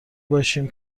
باشیم